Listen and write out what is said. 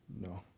No